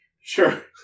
Sure